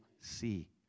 see